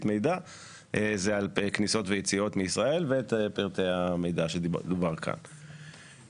מידע על כניסות ויציאות מישראל ואת פרטי המידע שדובר עליהם כאן.